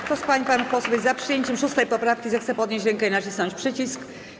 Kto z pań i panów posłów jest za przyjęciem 6. poprawki, zechce podnieść rękę i nacisnąć przycisk.